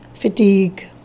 fatigue